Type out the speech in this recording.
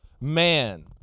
man